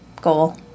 goal